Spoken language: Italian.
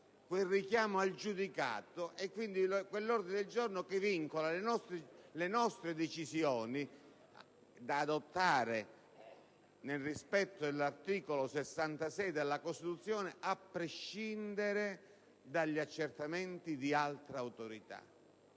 quel richiamo al giudicato e quindi quell'ordine del giorno che vincola le nostre decisioni da adottare nel rispetto dell'articolo 66 della Costituzione, a prescindere dagli accertamenti di altra autorità.